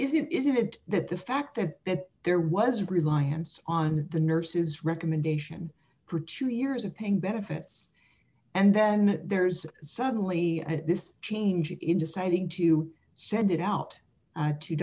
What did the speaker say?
isn't isn't it that the fact that there was reliance on the nurses recommendation for two years of paying benefits and then there's suddenly this change in deciding to send it out